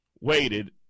waited